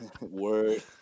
Word